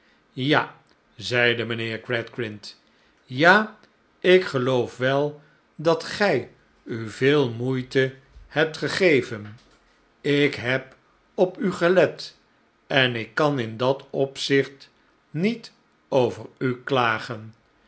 ja zeide mijnheer gradgrind ja ik geloof wel dat gij u veel moeite hebt gegeven ik heb op u gelet en ik kan in dat opzicht niet over u klagen